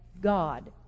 God